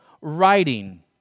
writing